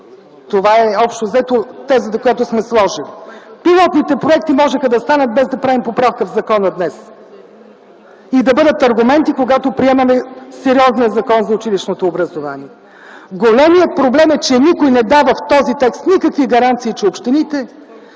това е тезата, която сме сложили. Пилотните проекти можеха да станат без да правим поправка в закона днес и щяха да бъдат аргументи, когато приемаме сериозния закон за училищното образование. Големият проблем е, че в този текст никой не дава никакви гаранции, че след